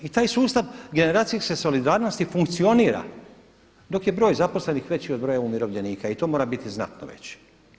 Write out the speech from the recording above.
I taj sustav generacijske solidarnosti funkcionira dok je broj zaposlenih veći od broja umirovljenika i to mora biti znatno veći.